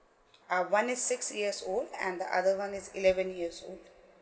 ah one is six years old and the other one is eleven years old